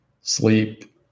sleep